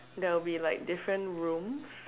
there will be like different rooms